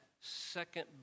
second